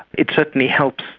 it certainly helps,